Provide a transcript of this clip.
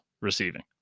receiving